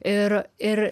ir ir